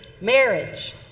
Marriage